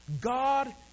God